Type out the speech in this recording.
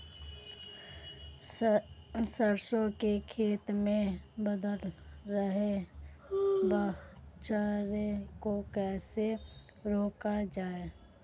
सरसों की खेती में बढ़ रहे कचरे को कैसे रोका जाए?